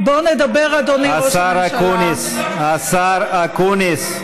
בוא נדבר, אדוני ראש הממשלה, השר אקוניס.